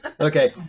Okay